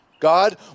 God